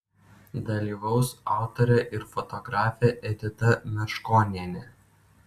dalyvaus autorė ir fotografė edita meškonienė